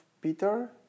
Peter